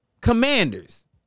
Commanders